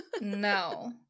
No